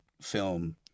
film